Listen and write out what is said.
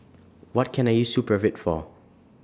What Can I use Supravit For